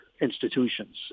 institutions